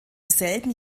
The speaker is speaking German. selben